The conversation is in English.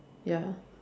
ya